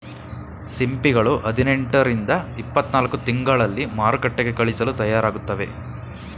ಸಿಂಪಿಗಳು ಹದಿನೆಂಟು ರಿಂದ ಇಪ್ಪತ್ತನಾಲ್ಕು ತಿಂಗಳಲ್ಲಿ ಮಾರುಕಟ್ಟೆಗೆ ಕಳಿಸಲು ತಯಾರಾಗುತ್ತವೆ